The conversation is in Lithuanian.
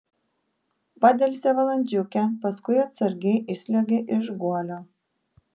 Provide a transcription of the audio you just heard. padelsė valandžiukę paskui atsargiai išsliuogė iš guolio